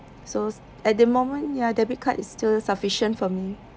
so at the moment ya debit card is still sufficient from